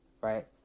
right